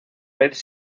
vez